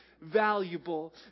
valuable